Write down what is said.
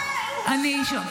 אני לא ככה,